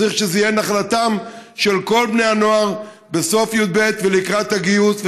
צריך שזה יהיה נחלתם של כל בני הנוער בסוף י"ב ולקראת גיוס,